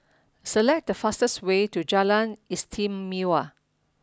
select the fastest way to Jalan Istimewa